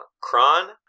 Kron